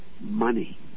Money